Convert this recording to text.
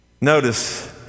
Notice